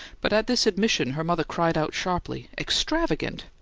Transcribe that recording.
but at this admission her mother cried out sharply. extravagant!